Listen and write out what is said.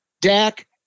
Dak